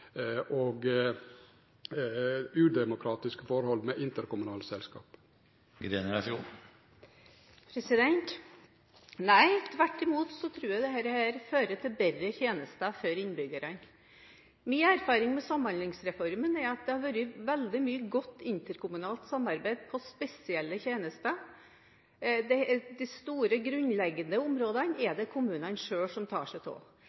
til udemokratiske forhold med interkommunale selskap? Nei, tvert imot tror jeg at dette fører til bedre tjenester for innbyggerne. Min erfaring med Samhandlingsreformen er at det har vært veldig mye godt interkommunalt samarbeid om spesielle tjenester. De store, grunnleggende områdene er det kommunene selv som tar seg av.